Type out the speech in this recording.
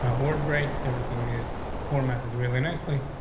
ah word break, everything is four months is really nicely,